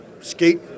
skate